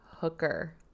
hooker